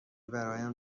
برایم